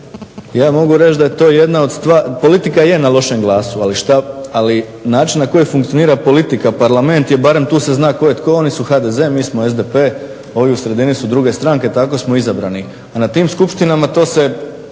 ja mogu reći da je to jedna od stvari, politika je na lošem glasu, ali način na koji funkcionira politika, parlament je barem tu se zna tko je tko. Oni su HDZ, mi smo SDP, ovi u sredini su druge stranke, tako smo izabrani. A na tim skupštinama to se